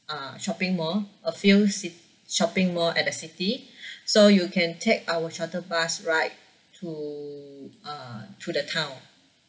uh shopping mall a few cit~ shopping mall at the city so you can take our shuttle bus ride to uh to the town